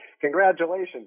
congratulations